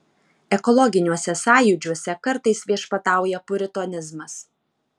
ekologiniuose sąjūdžiuose kartais viešpatauja puritonizmas